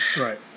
right